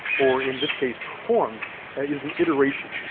or in this case, performed is an iteration.